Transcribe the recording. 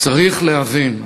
צריך להבין,